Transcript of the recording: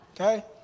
Okay